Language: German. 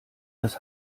das